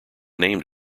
named